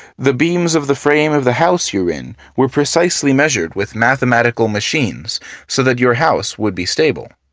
the beams of the frame of the house you're in were precisely measured with mathematical machines so that your house would be stable.